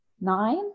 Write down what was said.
nine